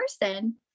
person